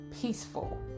peaceful